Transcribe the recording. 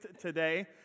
today